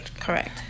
Correct